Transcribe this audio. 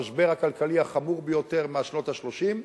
המשבר הכלכלי החמור ביותר מאז שנות ה-30.